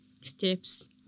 steps